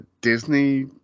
Disney